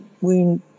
wound